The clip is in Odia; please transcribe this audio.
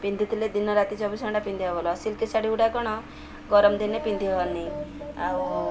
ପିନ୍ଧୁଥିଲେ ଦିନ ରାତି ଚବିଶ ଘଣ୍ଟା ପିନ୍ଧି ହେବ ସିଲ୍କ ଶାଢ଼ୀ ଗୁଡ଼ା କ'ଣ ଗରମ ଦିନେ ପିନ୍ଧି ହେବନି ଆଉ